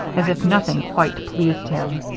as if nothing quite pleased him.